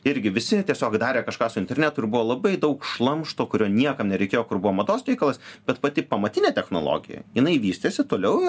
irgi visi tiesiog darė kažką su internetu ir buvo labai daug šlamšto kurio niekam nereikėjo kur buvo mados reikalas bet pati pamatinė technologija jinai vystėsi toliau ir